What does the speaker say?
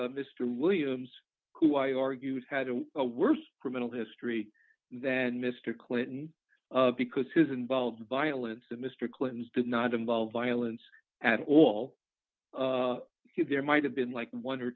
was mr williams who i argued had a worse criminal history than mr clinton because his involved violence to mr clinton's did not involve violence at all there might have been like one or